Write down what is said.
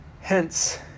hence